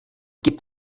gib